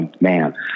man